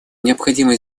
необходимо